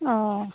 অঁ